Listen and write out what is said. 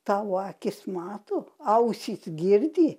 tau akys mato ausys girdi